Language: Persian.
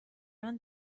الان